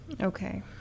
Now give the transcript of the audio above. Okay